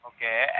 Okay